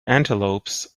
antelopes